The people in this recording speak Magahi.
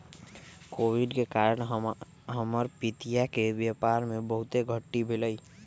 कोविड के कारण हमर पितिया के व्यापार में बहुते घाट्टी भेलइ